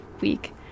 week